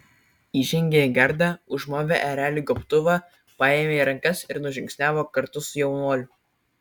įžengė į gardą užmovė ereliui gobtuvą paėmė į rankas ir nužingsniavo kartu su jaunuoliu